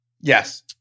Yes